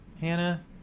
Hannah